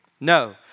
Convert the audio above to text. No